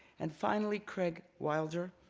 and finally, craig wilder,